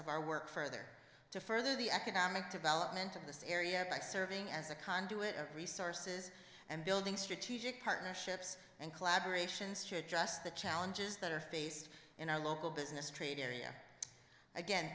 of our work further to further the economic development of this area by serving as a conduit of resources and building strategic partnerships and collaboration should just the challenges that are faced in our local business trade area again